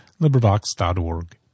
LibriVox.org